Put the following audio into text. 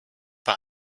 bei